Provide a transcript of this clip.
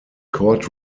court